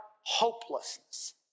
hopelessness